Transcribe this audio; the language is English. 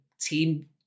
team